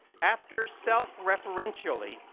after self referentially,